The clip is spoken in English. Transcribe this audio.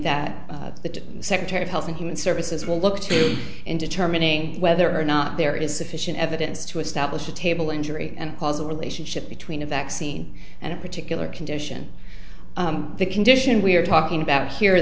that the secretary of health and human services will look to in determining whether or not there is sufficient evidence to establish a table injury and causal relationship between a vaccine and a particular condition the condition we are talking about here